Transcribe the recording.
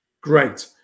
Great